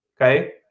okay